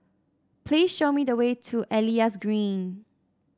please show me the way to Elias Green